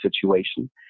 situation